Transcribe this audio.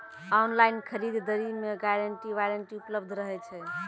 Online खरीद दरी मे गारंटी वारंटी उपलब्ध रहे छै?